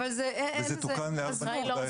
4.8 מיליון שקל וזה תוקן ל-4.1 מיליון שקל.